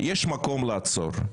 יש מקום לעצור.